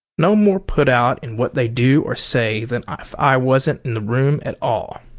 no more put out in what they do or say than if i wasn't in the room at all.